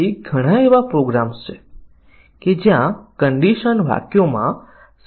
અને હું એમ કહી રહ્યો હતો કે ત્યાં ઘણાં સાધનો છે જે ઉપલબ્ધ છે જે ઓપન સોર્સ સાધનો છે